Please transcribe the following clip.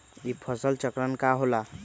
ई फसल चक्रण का होला?